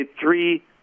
three